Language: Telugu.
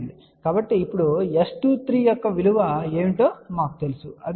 కాబట్టి ఇప్పుడు S23 యొక్క విలువ ఏమిటో మాకు తెలుసు ఇది 0